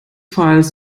files